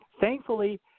thankfully